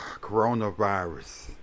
coronavirus